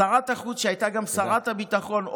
שרת החוץ שהייתה גם שרת הביטחון,